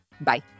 Bye